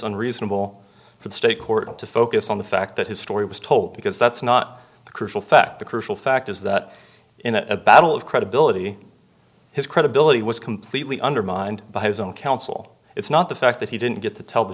unreasonable for the state court to focus on the fact that his story was told because that's not the crucial fact the crucial fact is that in a battle of credibility his credibility was completely undermined by his own counsel it's not the fact that he didn't get to tell the